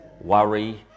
worry